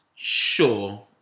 Sure